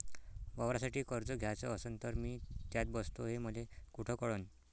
वावरासाठी कर्ज घ्याचं असन तर मी त्यात बसतो हे मले कुठ कळन?